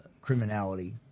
criminality